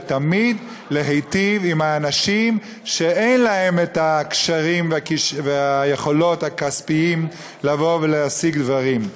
ותמיד להיטיב עם האנשים שאין להם הקשרים והיכולות הכספיות להשיג דברים.